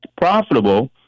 profitable